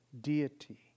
deity